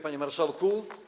Panie Marszałku!